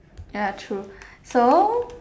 ya true so